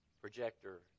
projector